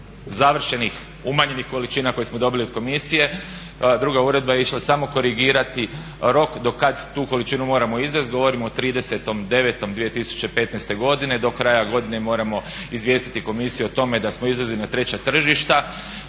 završenih umanjenih količina koje smo dobili od komisije, druga uredba je išla samo korigirati rok do kad tu količinu moramo izvest, govorimo o 30.9.2015. godine. Do kraja godine moramo izvijestiti komisiju o tome da smo izvezli na treća tržišta.